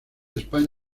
españa